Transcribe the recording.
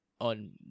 on